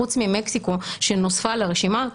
חוץ ממקסיקו שנוספה לרשימה,